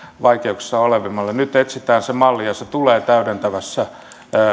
vaikeuksissa oleville nyt etsitään se malli ja se tulee täydentävässä